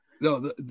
No